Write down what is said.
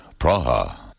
Praha